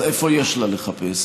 אז איפה יש לה לחפש?